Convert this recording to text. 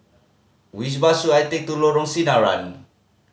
which bus should I take to Lorong Sinaran